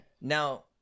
Now